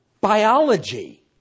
biology